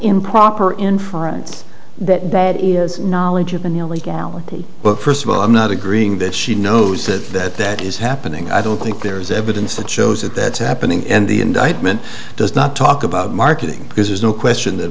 inference that that is knowledge of an illegality but first of all i'm not agreeing that she knows that that is happening i don't think there is evidence that shows that that's happening and the indictment does not talk about marketing because there's no question that